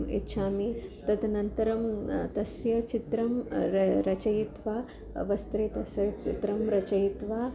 इच्छामि तदनन्तरं तस्य चित्रं र रचयित्वा वस्त्रे तस्य चित्रं रचयित्वा